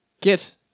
Get